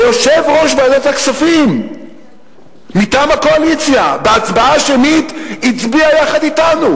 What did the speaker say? ויושב-ראש ועדת הכספים מטעם הקואליציה בהצבעה שמית הצביע יחד אתנו,